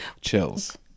chills